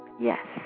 Yes